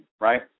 right